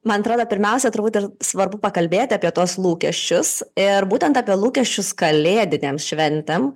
man atrodo pirmiausia turbūt ir svarbu pakalbėti apie tuos lūkesčius ir būtent apie lūkesčius kalėdinėm šventėm